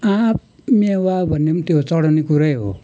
आँप मेवा भन्ने पनि त्यो चढाउने कुरै हो